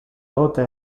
tote